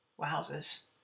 wowzers